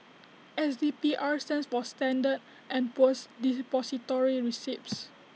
S P D R stands for standard and Poor's Depository receipts